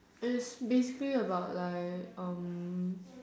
it's basically about like um